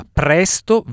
presto